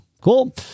cool